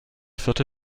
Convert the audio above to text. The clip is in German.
vierte